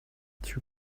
two